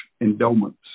endowments